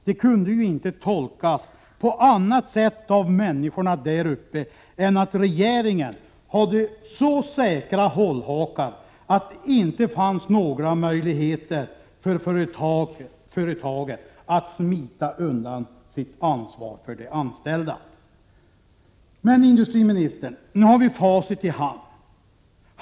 Det kunde inte tolkas på annat sätt av människorna där uppe än att regeringen hade så säkra hållhakar att det inte fanns några möjligheter för företaget att smita undan sitt ansvar för de anställda. Men, industriministern, nu har vi facit i hand.